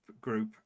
group